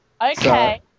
Okay